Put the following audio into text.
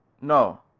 No